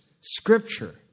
scripture